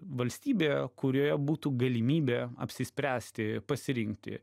valstybėje kurioje būtų galimybė apsispręsti pasirinkti